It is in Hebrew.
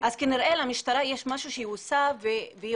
אז כנראה למשטרה יש משהו שהיא עושה והיא